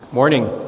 Morning